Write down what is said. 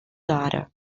daughter